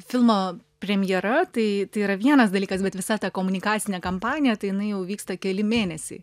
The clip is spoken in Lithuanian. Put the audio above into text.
filmo premjera tai tai yra vienas dalykas bet visa ta komunikacinė kampanija tai jinai jau vyksta keli mėnesiai